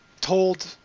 told